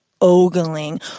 ogling